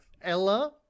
Ella